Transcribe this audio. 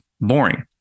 boring